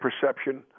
perception